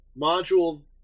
module